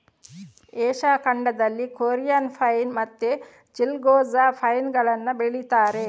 Asia ಖಂಡದಲ್ಲಿ Korean pine ಮತ್ತೆ ಚಿಲ್ಗೊ ಜಾ ಪೈನ್ ಗಳನ್ನ ಬೆಳೀತಾರೆ